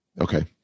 Okay